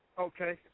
Okay